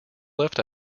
left